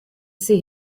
see